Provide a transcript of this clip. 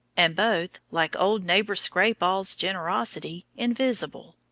and both, like old neighbor scrape-all's generosity, invisible.